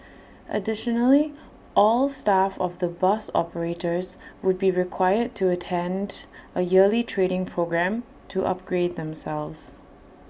additionally all staff of the bus operators would be required to attend A yearly training programme to upgrade themselves